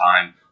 time